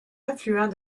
affluent